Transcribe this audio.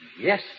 Yes